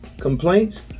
complaints